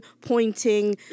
pointing